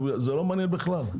זה לא מעניין בכלל.